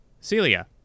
Celia